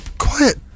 quiet